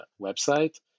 website